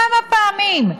כמה פעמים?